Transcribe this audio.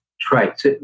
traits